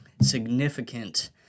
significant